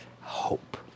Hope